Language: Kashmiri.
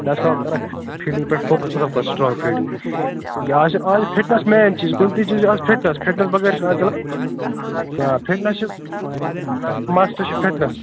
کَرَکھ فِلڈِنٛگ پٮ۪ٹھ فوکس اصٕل پٲٹھۍ سٕٹرانٛگ فِلڈِنٛگ یہ آز چھِ آز چھِ فِٹنٮ۪س مین چیٖز کُنہِ تہِ چیٖزَس چھِ اَز فِٹنٮ۪س فِٹنٮ۪س بغٲر چھُنہٕ آز چَلان آ فِٹنٮ۪س چھِ مَسٹہٕ چھِ فِٹنٮ۪س